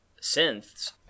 synths